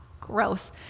gross